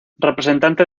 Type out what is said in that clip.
representante